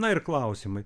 na ir klausimai